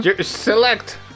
Select